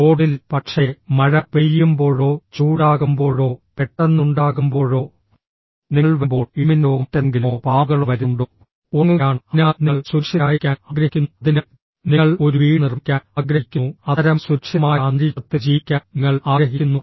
റോഡിൽ പക്ഷേ മഴ പെയ്യുമ്പോഴോ ചൂടാകുമ്പോഴോ പെട്ടെന്നുണ്ടാകുമ്പോഴോ നിങ്ങൾ വരുമ്പോൾ ഇടിമിന്നലോ മറ്റെന്തെങ്കിലുമോ പാമ്പുകളോ വരുന്നുണ്ടോ ഉറങ്ങുകയാണ് അതിനാൽ നിങ്ങൾ സുരക്ഷിതരായിരിക്കാൻ ആഗ്രഹിക്കുന്നു അതിനാൽ നിങ്ങൾ ഒരു വീട് നിർമ്മിക്കാൻ ആഗ്രഹിക്കുന്നു അത്തരം സുരക്ഷിതമായ അന്തരീക്ഷത്തിൽ ജീവിക്കാൻ നിങ്ങൾ ആഗ്രഹിക്കുന്നു